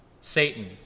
Satan